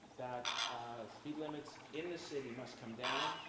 that speed limits in the city must come down,